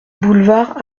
boulevard